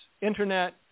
internet